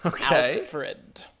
Alfred